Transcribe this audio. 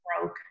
broke